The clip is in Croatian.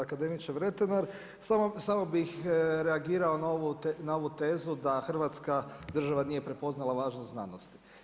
Akademiče Vretenar, samo bih reagirao na ovu tezu da hrvatska država nije prepoznala važnu znanost.